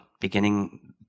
beginning